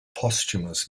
posthumous